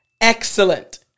Excellent